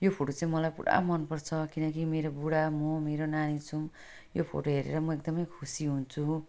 यो फोटो चाहिँ मलाई पुरा मन पर्छ किनकि मेरो बुढा म मेरो नानी छौँ यो फोटो हेरेर म एकदम खुसी हुन्छु